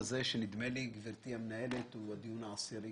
- נדמה לי, גברתי המנהלת, הוא הדיון העשירי